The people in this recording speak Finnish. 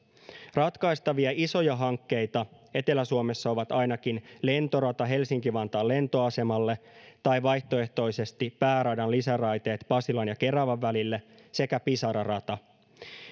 ratkaistavia isoja hankkeita etelä suomessa ovat ainakin lentorata helsinki vantaan lentoasemalle tai vaihtoehtoisesti pääradan lisäraiteet pasilan ja keravan välille sekä pisara rata